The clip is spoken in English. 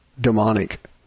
demonic